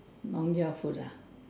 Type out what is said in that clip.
food ah